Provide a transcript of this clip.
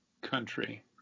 country